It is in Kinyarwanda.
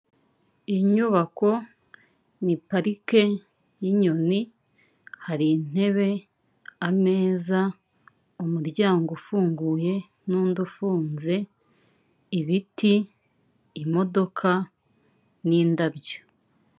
Iyi nyubako ni parike y'inyoni, hari intebe ameza umuryango ufunguye n'undi ufunze, ibiti, imodoka n'indabyo.